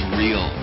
real